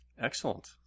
Excellent